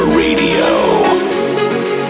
radio